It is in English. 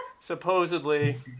Supposedly